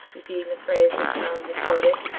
repeating the phrase which tarling had quoted.